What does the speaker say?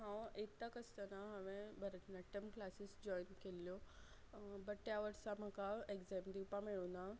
हांव एठथाक आसतना हांवें भरतनाट्यम क्लासीस जॉयन केल्ल्यो बट त्या वर्सा म्हाका एग्जॅम दिवपा मेळूं ना